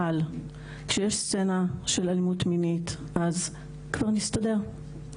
אבל כשיש סצינה של אלימות מינית, אז כבר נסתדר.